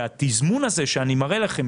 והתזמון הזה שאני מראה לכם,